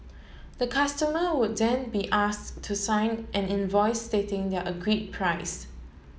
the customer would then be asked to sign an invoice stating the agreed price